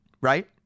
Right